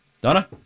Donna